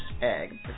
egg